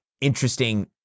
interesting